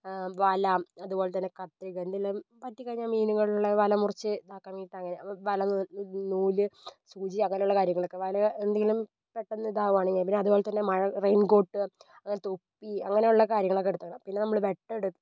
വല അതുപോലെ തന്നെ കത്രിക എന്തെങ്കിലും പറ്റി കഴിഞ്ഞാൽ മീനുകളെ വല മുറിച്ച് ഇതാക്കണമെങ്കിൽ അങ്ങനെ വല നൂല് സൂചി അങ്ങനെയുള്ള കാര്യങ്ങളൊക്കെ വല എന്തെങ്കിലും പെട്ടെന്ന് ഇതാകുകയാണെങ്കിൽ അതുപോലെ തന്നെ മഴ റെയിൻ കോട്ട് അങ്ങനെ തൊപ്പി അങ്ങനെയുള്ള കാര്യങ്ങളൊക്കെ എടുത്തു വെക്കണം പിന്നെ നമ്മൾ വെട്ടം എടുത്ത്